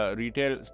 retail